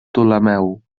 ptolemeu